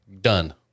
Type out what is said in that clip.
done